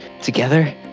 together